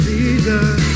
Jesus